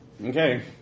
Okay